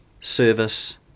Service